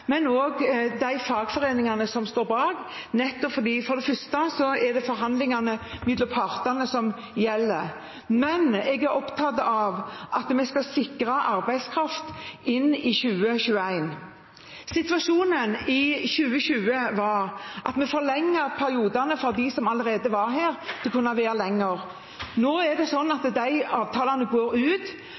men også de fagforeningene som står bak, for det er forhandlingene mellom partene som gjelder. Jeg er opptatt av at vi skal sikre arbeidskraft inn i 2021. Situasjonen i 2020 var at vi forlenget periodene for dem som allerede var her til å kunne være her lenger. Nå går de avtalene ut. En må sikre de ordinære avtalene